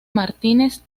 martínez